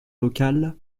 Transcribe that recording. local